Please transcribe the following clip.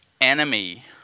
enemy